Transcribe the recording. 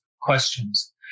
questions